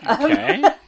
Okay